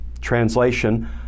translation